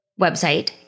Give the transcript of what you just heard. website